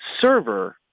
server